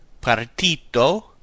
Partito